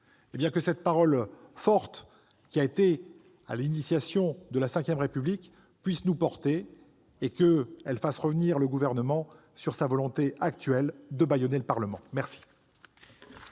Que cette parole forte, qui a inspiré la V République, puisse nous porter et qu'elle fasse revenir le Gouvernement sur sa volonté actuelle de bâillonner le Parlement !